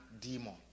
demon